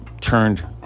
turned